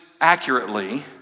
accurately